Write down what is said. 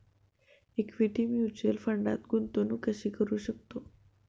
Equity mutual फंडात गुंतवणूक कशी करू शकतो?